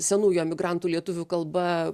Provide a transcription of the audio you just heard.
senųjų emigrantų lietuvių kalba